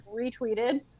retweeted